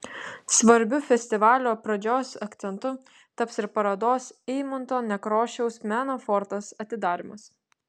svarbiu festivalio pradžios akcentu taps ir parodos eimunto nekrošiaus meno fortas atidarymas